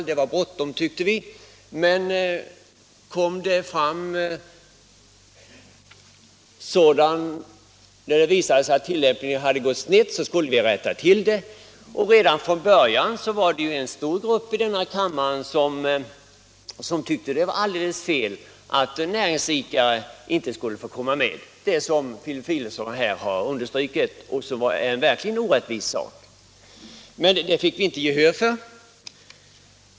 Det var bråttom, tyckte vi, men om det skulle visa sig att tilllämpningen gick snett skulle vi rätta till det. Redan från början var det en stor grupp i den här kammaren som ansåg att det var alldeles fel att näringsidkare inte skulle få komma med, det som Filip Fridolfsson här har understrukit och som verkligen är en orättvisa. Menden uppfattningen fick vi inte gehör för.